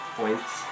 points